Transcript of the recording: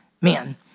men